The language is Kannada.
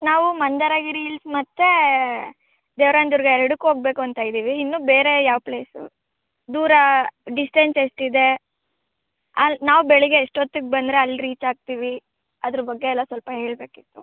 ನಾವು ಮಂದಾರಗಿರಿ ಇಲ್ಸ್ ಮತ್ತು ದೇವ್ರಾಯನ ದುರ್ಗ ಎರಡಕ್ಕೂ ಹೋಗ್ಬೇಕು ಅಂತ ಇದ್ದೀವಿ ಇನ್ನೂ ಬೇರೆ ಯಾವ ಪ್ಲೇಸು ದೂರ ಡಿಸ್ಟೆನ್ಸ್ ಎಷ್ಟಿದೆ ಅಲ್ಲಿ ನಾವು ಬೆಳಿಗ್ಗೆ ಎಷ್ಟೊತ್ತಿಗೆ ಬಂದರೆ ಅಲ್ಲಿ ರೀಚ್ ಆಗ್ತೀವಿ ಅದರ ಬಗ್ಗೆ ಎಲ್ಲ ಸ್ವಲ್ಪ ಹೇಳಬೇಕಿತ್ತು